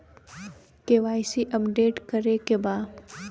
KYC update करे के बा?